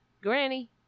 Granny